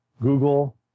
google